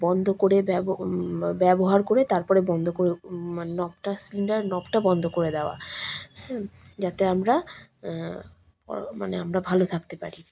বন্ধ করে ব্যব ব্যবহার করে তারপরে বন্ধ করে মানে নবটা সিলিন্ডারের নবটা বন্ধ করে দেওয়া হ্যাঁ যাতে আমরা মানে আমরা ভালো থাকতে পারি